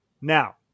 Now